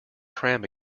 pram